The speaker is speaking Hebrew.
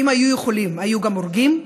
ואם היו יכולים, היו גם הורגים.